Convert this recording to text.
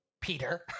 peter